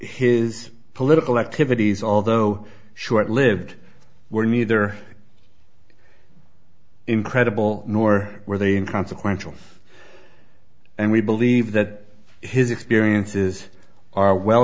his political activities although short lived were neither incredible nor were they in consequential and we believe that his experiences are well